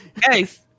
guys